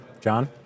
John